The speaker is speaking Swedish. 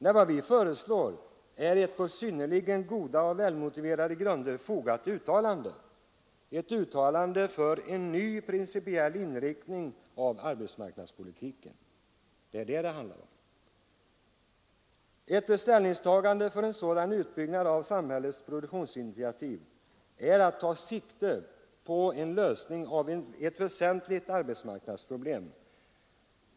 Nej, vad vi föreslår är ett på synnerligen goda och välmotiverade grunder baserat uttalande för en ny principiell inriktning av arbetsmarknadspolitiken. Det är vad det handlar om. Ett ställningstagande för en utbyggnad av samhällets produktionsinitiativ är att ta sikte på en lösning av ett väsentligt arbetsmarknadsproblem.